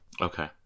Okay